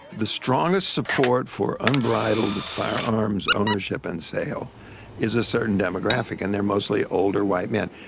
the strongest support for unbridled firearms ownership and sale is a certain demographic and they are mostly older white men.